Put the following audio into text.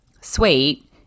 Sweet